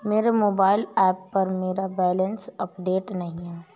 मेरे mobile app पर मेरा बैलेंस अपडेट नहीं है